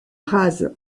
rase